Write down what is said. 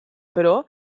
però